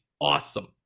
awesome